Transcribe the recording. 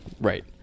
right